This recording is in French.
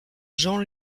jean